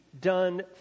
done